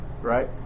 right